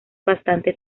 bastante